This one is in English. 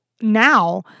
now